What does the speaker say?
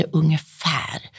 ungefär